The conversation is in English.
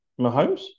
Mahomes